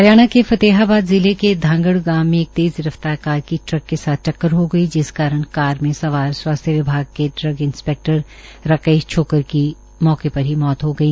हरियाणा के फतेहाबाद जिले के धागड़ गांव में एक तेज़ रफ्तार कार की ट्रक के साथ टक्कर हो गई जिस कारण कार में सवार स्वास्थ्य विभाग के इंस्पैक्टर राकेश छोकर की मौके पर ही मौत हो गई